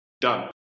Done